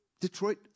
Detroit